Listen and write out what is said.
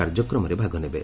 କାର୍ଯ୍ୟକ୍ରମରେ ଭାଗ ନେବେ